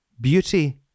beauty